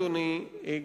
אדוני,